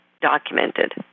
documented